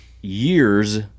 years